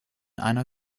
einer